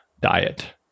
diet